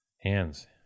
Hands